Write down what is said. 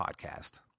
podcast